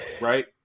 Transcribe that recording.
right